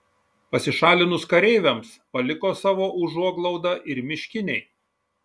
pasišalinus kareiviams paliko savo užuoglaudą ir miškiniai